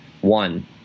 one